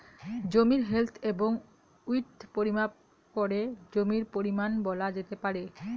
জমির লেন্থ এবং উইড্থ পরিমাপ করে জমির পরিমান বলা যেতে পারে